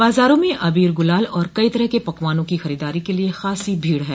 बाज़ारों में अबीर गुलाल और कई तरह के पकवानों की खरीदारी के लिये खासी भीड़ है